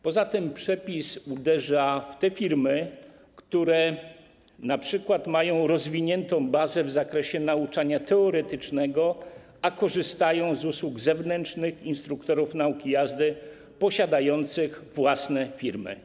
Poza tym przepis uderza w te firmy, które np. mają rozwiniętą bazę w zakresie nauczania teoretycznego, a korzystają z usług zewnętrznych instruktorów nauki jazdy, posiadających własne firmy.